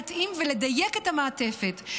להתאים ולדייק את המעטפת,